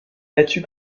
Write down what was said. battue